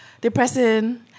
depressing